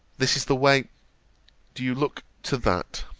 this is the way do you look to that